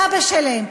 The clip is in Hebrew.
סבא שלהם,